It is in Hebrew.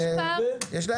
יש גם